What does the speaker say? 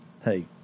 Hey